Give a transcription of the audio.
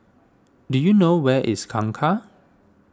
do you know where is Kangkar